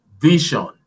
vision